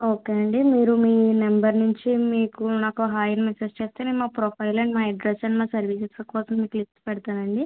okay అండి మీరు మీ నెంబర్ నుంచి మీకు నాకు హాయ్ అని మెసేజ్ చేస్తే నేను మా ప్రొఫైల్ అండ్ మా అడ్రస్ మా సర్వీసెస్ల కోసం మీకు లిస్టు పెడతాను అండి